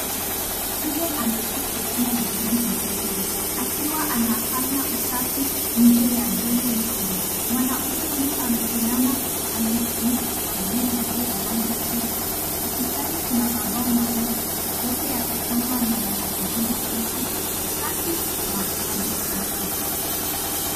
Mwanaume amevaa fulana ya rangi nyekundu akiwa anafanya usafi nje ya jengo ndogo. Mwanaume huyo anainama anautumia ufagio na ndoo ya rangi chungwa. Ukutani kuna mabao mawili, yote yamechorwa na yana ujumbe kuhusu usafi na maji safi.